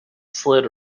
slid